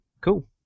Cool